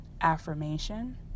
affirmation